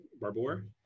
Barbour